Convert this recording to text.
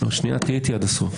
תהיה איתי עד הסוף.